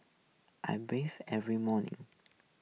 I bathe every morning